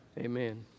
Amen